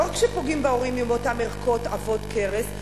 לא רק שפוגעים בהורים עם אותן ערכות עבות כרס,